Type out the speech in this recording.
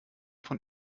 von